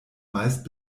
meist